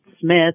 Smith